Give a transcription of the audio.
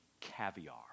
caviar